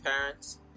parents